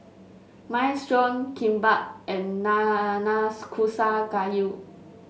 Minestrone Kimbap and Nanakusa Gayu